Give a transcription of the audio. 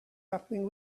happening